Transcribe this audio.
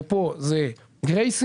ופה זה גרייסים,